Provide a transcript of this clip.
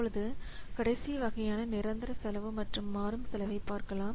இப்பொழுது கடைசி வகையான நிரந்தர செலவு மற்றும் மாறும் செலவை பார்க்கலாம்